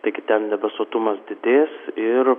taigi ten debesuotumas didės ir